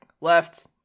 left